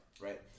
right